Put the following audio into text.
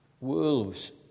wolves